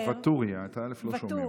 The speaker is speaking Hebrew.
ואטורי, את האל"ף לא שומעים.